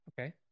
okay